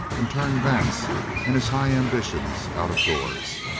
and turn vance and his high ambitions out of doors.